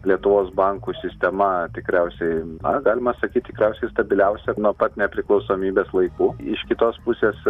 lietuvos bankų sistema tikriausiai na galima sakyt tikriausiai stabiliausia nuo pat nepriklausomybės laikų iš kitos pusės